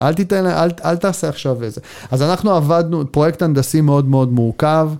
אל תעשה עכשיו איזה. אז אנחנו עבדנו, פרויקט הנדסי מאוד מאוד מורכב.